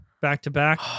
back-to-back